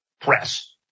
press